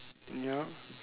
yup